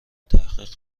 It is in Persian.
تحقیق